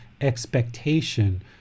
expectation